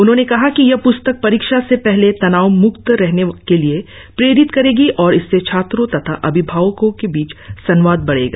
उन्होंने कहा कि यह प्स्तक परीक्षा से पहले तनाव म्क्त रहने के लिए प्रेरित करेगी और इससे छात्रों तथा अभिभावकों के बीच संवाद बढ़ेगा